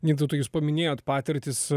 gintautai jūs paminėjot patirtis